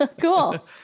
cool